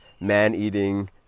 man-eating